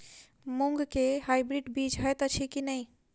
मूँग केँ हाइब्रिड बीज हएत अछि की नै?